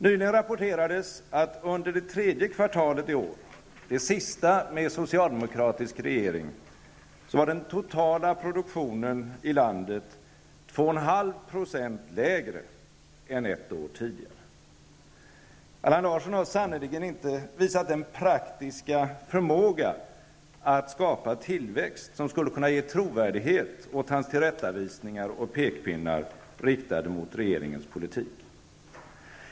Nyligen rapporterades att den totala produktionen i landet under det tredje kvartalet i år, det sista med socialdemokratisk regering, var 2,5 % lägre än ett år tidigare. Allan Larsson har sannerligen inte visat den praktiska förmåga att skapa tillväxt som skulle kunna ge trovärdighet åt hans tillrättavisningar och pekpinnar riktade mot regeringens politik.